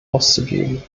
auszugeben